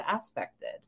aspected